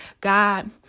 God